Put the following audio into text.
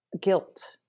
guilt